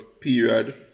period